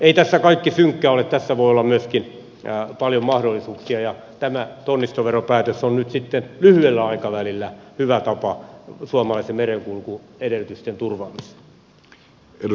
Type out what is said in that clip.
ei tässä kaikki synkkää ole tässä voi olla myöskin paljon mahdollisuuksia ja tämä tonnistoveropäätös on nyt sitten lyhyellä aikavälillä hyvä tapa suomalaisten merenkulkuedellytysten turvaamiseen